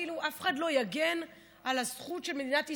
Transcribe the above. אף אחד לא יגן על הזכות של מדינת ישראל?